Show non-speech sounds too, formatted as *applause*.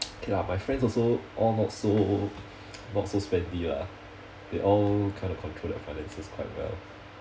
*noise* okay lah my friends all not so not so spendy lah they all kind of control their finances quite well